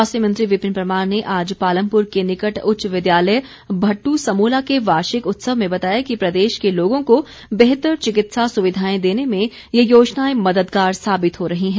स्वास्थ्य मंत्री विपिन परमार ने आज पालमपुर के निकट उच्च विद्यालय भट्टू समूला के वार्षिक उत्सव में बताया कि प्रदेश के लोगों को बेहतर चिकित्सा सुविधाएं देने में ये योजनाएं मददगार साबित हो रही हैं